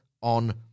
on